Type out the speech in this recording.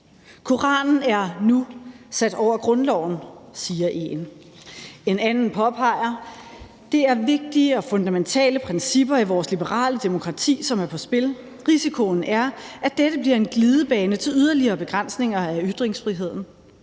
Koranen er nu sat over grundloven, siger en. En anden påpeger: Det er vigtige og fundamentale principper i vores liberale demokrati, som er på spil; risikoen er, at dette bliver en glidebane mod yderligere begrænsninger af ytringsfriheden.